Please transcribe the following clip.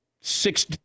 six